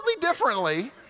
differently